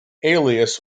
alias